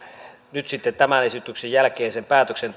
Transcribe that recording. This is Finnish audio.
nyt sitten tämän esityksen jälkeen maakuntavaltuusto tekee sen päätöksen